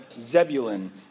Zebulun